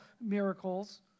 miracles